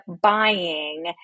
buying